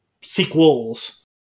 sequels